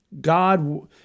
God